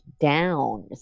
down